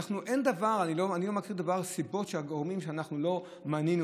אני לא מכיר סיבות או גורמים שלא מנינו